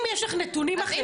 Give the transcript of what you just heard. אם יש לך נתונים אחרים